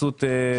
התייחסות